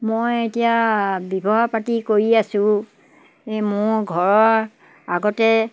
মই এতিয়া ব্যৱসায় পাতি কৰি আছোঁ এই মোৰ ঘৰৰ আগতে